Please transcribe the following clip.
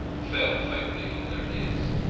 fell faintly on their ears.